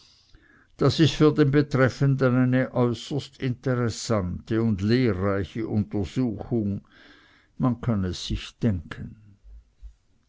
das ist für den betreffenden eine äußerst interessante und lehrreiche untersuchung man kann es sich denken